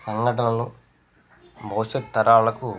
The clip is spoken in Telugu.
సంఘటనలు భవిష్యత్తు తరాలకు